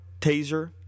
taser